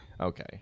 okay